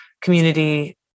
community